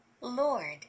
Lord